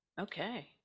Okay